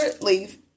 leave